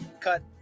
cut